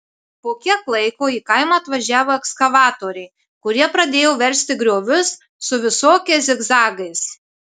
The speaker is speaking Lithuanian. po kiek laiko į kaimą atvažiavo ekskavatoriai kurie pradėjo versti griovius su visokiais zigzagais